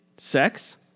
Sex